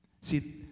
See